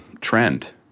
trend